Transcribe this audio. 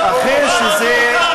אכן, זה,